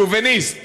שוביניסט